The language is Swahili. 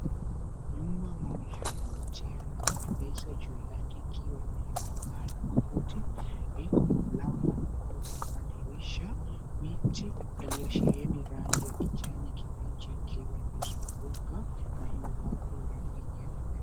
Nyumba moja inavutia na kupendeza juu yake ikiwa imewekea paa la makuti, iko na mlango mkubwa na madirisha yaliyosheheni rangi ya kijani kibichi ikiwa imezunguka na imepakwa rangi nyeupe.